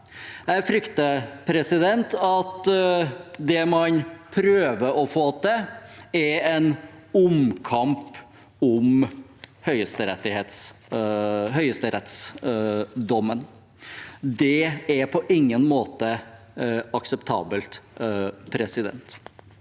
Jeg frykter at det man prøver å få til, er en omkamp om høyesterettsdommen. Det er på ingen måte akseptabelt. Vi vet